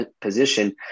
position